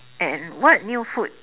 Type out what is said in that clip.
and what new food